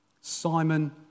Simon